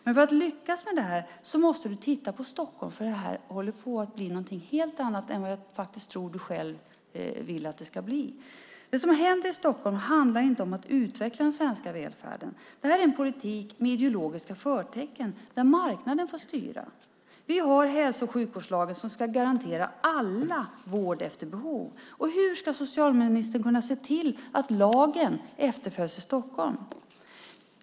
Men för att lyckas med detta måste vi titta på Stockholm, för det här kommer att bli något helt annat än vad jag faktiskt tror att ministern vill att det ska bli. Det som händer i Stockholm handlar inte om att utveckla den svenska välfärden. Det är en politik med ideologiska förtecken, där marknaden får styra. Vi har hälso och sjukvårdslagen som ska garantera alla vård efter behov. Hur ska socialministern kunna se till att lagen efterföljs i Stockholm?